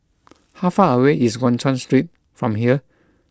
how far away is Guan Chuan Street from here